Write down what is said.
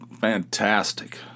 fantastic